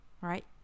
right